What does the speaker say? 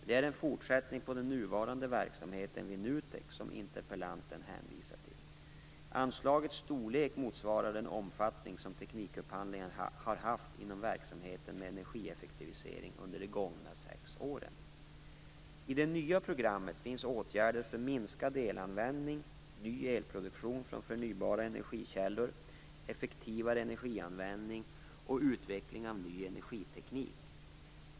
Det är en fortsättning på den nuvarande verksamheten vid NUTEK, som interpellanten hänvisar till. Anslagets storlek motsvarar den omfattning som teknikupphandlingen har haft inom verksamheten med energieffektivisering under de gångna sex åren. I det nya programmet finns åtgärder för minskad elanvändning, ny elproduktion från förnybara energikällor, effektivare energianvändning och utveckling av ny energiteknik.